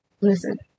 listen